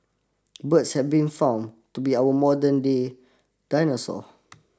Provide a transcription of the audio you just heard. birds have been found to be our modern day dinosaur